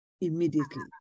immediately